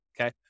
Okay